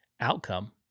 outcome